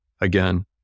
again